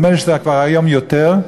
נדמה שהיום זה כבר יותר,